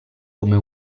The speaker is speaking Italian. come